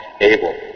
able